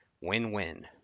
Win-win